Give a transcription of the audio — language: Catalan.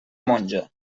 monja